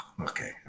okay